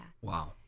Wow